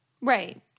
Right